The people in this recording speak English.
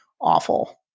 awful